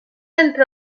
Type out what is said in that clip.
entre